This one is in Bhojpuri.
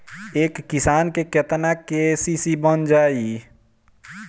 एक किसान के केतना के.सी.सी बन जाइ?